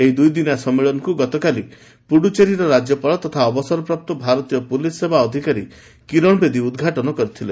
ଏହି ଦୁଇଦିନିଆ ସମ୍ମିଳନୀକୁ ଗତକାଲି ପୁଡୁଚେରୀର ଉପରାଜ୍ୟପାଳ ତଥା ଅବସରପ୍ରାପ୍ତ ଭାରତୀୟ ପୁଲିସ୍ ସେବା ଅଧିକାରୀ କିରଣ ବେଦୀ ଉଦ୍ଘାଟନ କରିଥିଲେ